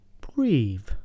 breathe